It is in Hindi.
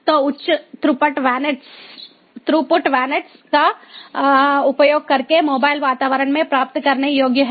तो उच्च थ्रूपुट VANETs का उपयोग करके मोबाइल वातावरण में प्राप्त करने योग्य है